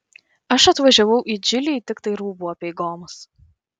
aš atvažiavau į džilį tiktai rūbų apeigoms